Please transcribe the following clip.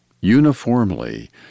Uniformly